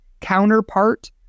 counterpart